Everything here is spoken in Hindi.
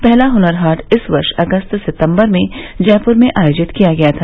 पहला हुनर हाट इस वर्ष अगस्त सितम्बर में जयपूर में आयोजित किया गया था